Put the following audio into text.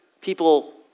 people